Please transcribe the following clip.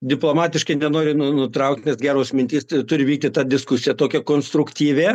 diplomatiškai nenoriu nu nutraukt nes geros mintys turi vykti ta diskusija tokia konstruktyvi